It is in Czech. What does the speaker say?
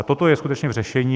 Toto je skutečně v řešení.